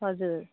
हजुर